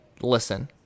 Listen